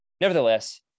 Nevertheless